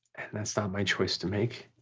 and that's not my choice to make.